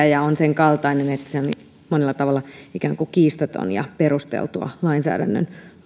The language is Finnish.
ja on sen kaltainen että tämä on monella tavalla ikään kuin kiistatonta ja perusteltua lainsäädännön